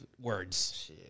words